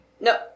No